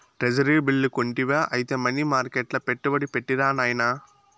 treasury bill కొంటివా ఐతే money మర్కెట్ల పెట్టుబడి పెట్టిరా నాయనా